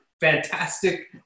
fantastic